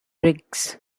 riggs